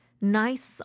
nice